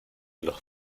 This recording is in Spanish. los